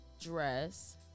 dress